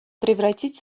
превратить